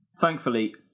Thankfully